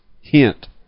hint